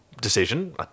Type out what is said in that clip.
decision